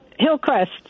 Hillcrest